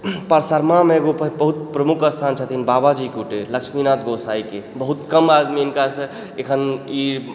परसरमामे एगो बहुत प्रमुख स्थान छथिन बाबाजी कुटीर लक्ष्मीनाथ गोसाईके बहुत कम आदमी हिनकासँ एखन ई